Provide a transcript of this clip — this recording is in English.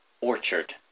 Orchard